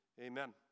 Amen